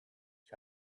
ich